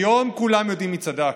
היום כולם יודעים מי צדק.